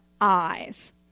eyes